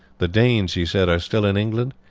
the danes, he said, are still in england.